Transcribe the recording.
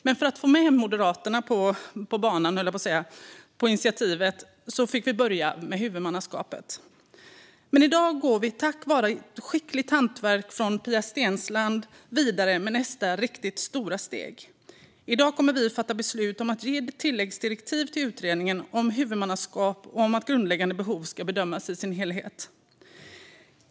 Men för att få med Moderaterna på "banan", på initiativet, fick vi börja med huvudmannaskapet. Men i dag går vi tack vare skickligt hantverk av Pia Steensland vidare med nästa riktigt stora steg. I dag kommer vi att fatta beslut om att ge tilläggsdirektiv till utredningen om huvudmannaskap och om att grundläggande behov ska bedömas i sin helhet.